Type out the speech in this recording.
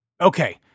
Okay